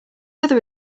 other